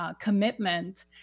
commitment